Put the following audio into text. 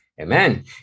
Amen